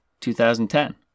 2010